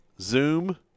Zoom